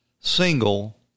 single